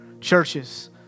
churches